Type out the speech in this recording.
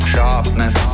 Sharpness